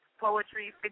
poetry